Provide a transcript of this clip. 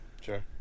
Sure